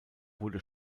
wurde